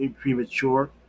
premature